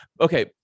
Okay